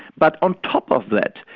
but on top of that,